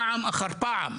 פעם אחר פעם.